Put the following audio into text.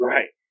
Right